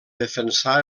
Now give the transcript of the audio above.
defensar